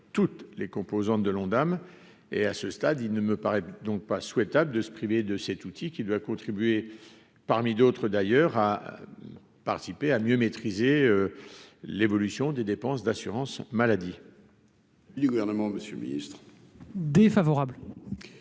toutes les composantes de l'Ondam et, à ce stade, il ne me paraît donc pas souhaitable de se priver de cet outil qui doit contribuer parmi d'autres d'ailleurs, à participer à mieux maîtriser l'évolution des dépenses d'assurance maladie.